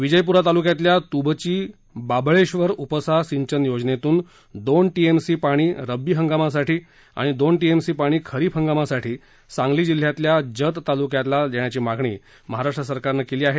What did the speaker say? विजयपुरा तालुक्यातल्या तुबची बाबळेश्वर उपसा सिंचन योजनेतून दोन टीएमसी पाणी रब्बी हंगामासाठी आणि दोन टीएमसी पाणी खरीप हंगामासाठी सांगली जिल्ह्यातल्या जत तालुक्याला देण्याची मागणी महाराष्ट्र सरकारनं केली आहे